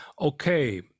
okay